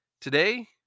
Today